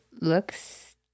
looks